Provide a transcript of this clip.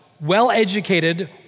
well-educated